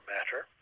Matter